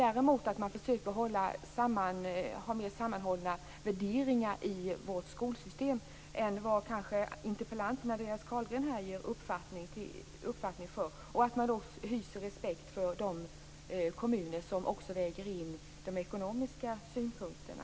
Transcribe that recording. Däremot tycker jag att vi skall ha mer sammanhållna värderingar i vårt skolsystem än vad interpellanten Andreas Carlgren ger uttryck för. Man skall hysa respekt för de kommuner som också väger in de ekonomiska synpunkterna.